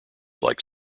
like